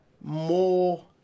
more